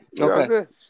Okay